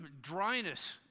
dryness